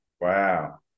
wow